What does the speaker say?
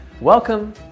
Welcome